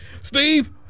Steve